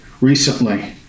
recently